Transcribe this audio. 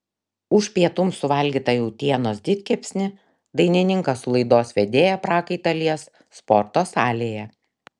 už pietums suvalgytą jautienos didkepsnį dainininkas su laidos vedėja prakaitą lies sporto salėje